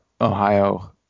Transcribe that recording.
Ohio